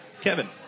Kevin